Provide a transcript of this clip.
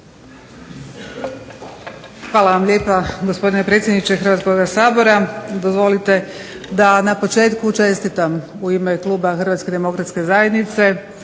Hvala vam lijepa, gospodine predsjedniče Hrvatskoga sabora. Dozvolite da na početku čestitam u ime kluba Hrvatske demokratske zajednice